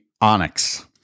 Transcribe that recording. Onyx